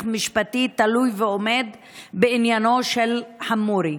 משפטי תלוי ועומד בעניינו של חמורי,